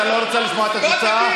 אתה לא רוצה לשמוע את התוצאה?